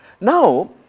Now